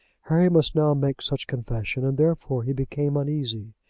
harry must now make such confession, and therefore he became uneasy.